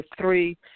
three